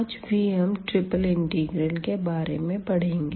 आज भी triple integral के बारे में पढ़ेंगे